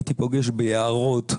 הייתי פוגש ביערות,